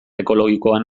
ekologikoan